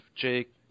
Jake